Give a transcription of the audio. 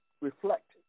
reflect